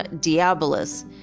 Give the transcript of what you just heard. Diabolus